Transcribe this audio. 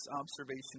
observation